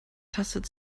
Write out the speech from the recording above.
tastet